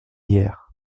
hier